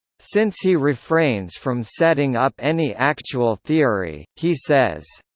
since he refrains from setting up any actual theory he says,